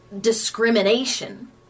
discrimination